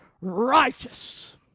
righteous